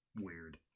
weird